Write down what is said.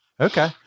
Okay